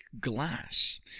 glass